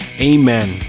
amen